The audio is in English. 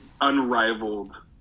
unrivaled